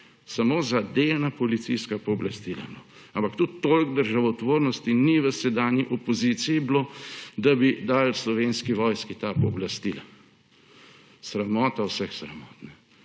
Samo za delna policijska pooblastila. Ampak tudi toliko državotvornosti ni v sedanji opoziciji bilo, da bi dali Slovenski vojski ta pooblastila. Sramota vseh sramot.